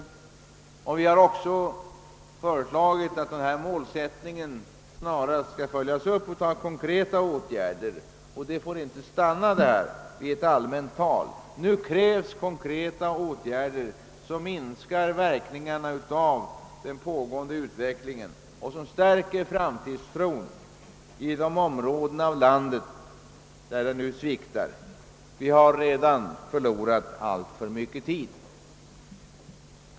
Vi har också föreslagit att denna målsättning snarast skall följas upp av konkreta åtgärder. Det får inte stanna vid allmänt tal. De konkreta åtgärderna skall vara sådana, att de minskar skadeverkningarna av den pågående utvecklingen och stärker framtidstron i de områden av landet där den nu sviktar. Vi har redan förlorat alltför mycket tid.